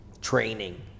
training